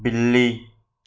बिल्ली